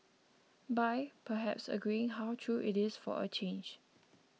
by perhaps agreeing how true it is for a change